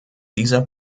dieser